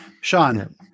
Sean